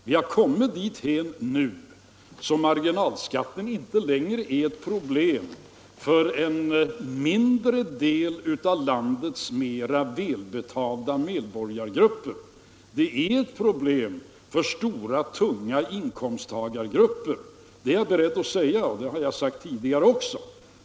Vi har kommit dithän nu att marginalskatten inte längre bara är ett problem för en mindre del av landets mera välbetalda medborgargrupper. Den är ett problem för stora, tunga inkomsttagargrupper, det är jag beredd att säga och det har jag sagt tidigare också.